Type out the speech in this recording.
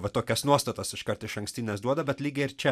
va tokias nuostatas iškart išankstines duoda bet lygiai ir čia